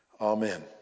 Amen